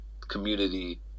community